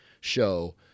show